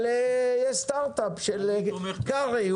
אבל יש סטרטאפ של קרעי,